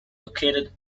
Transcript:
located